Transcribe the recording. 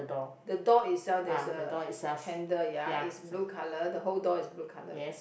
the door itself there's a ha~ handle ya is blue colour the whole door is blue colour